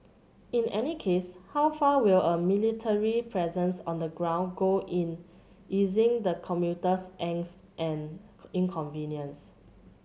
in any case how far will a military presence on the ground go in easing the commuter's angst and inconvenience